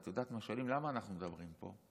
את יודעת מה, שואלים למה אנחנו מדברים פה.